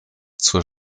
zur